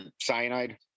cyanide